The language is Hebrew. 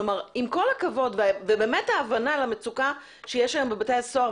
כלומר עם כל הכבוד ובאמת ההבנה למצוקה שיש היום בבתי הסוהר,